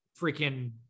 freaking